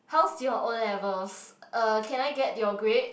how's your O-levels uh can I get your grade